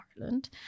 Ireland